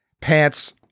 pants